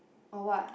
or what